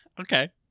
Okay